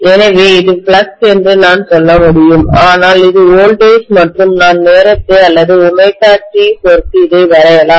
எனவே இது ஃப்ளக்ஸ் என்று நான் சொல்ல முடியும் ஆனால் இது வோல்டேஜ் மற்றும் நான் நேரத்தை அல்லது ωt பொறுத்து இதை வரையலாம்